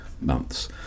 months